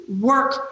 work